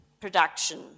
production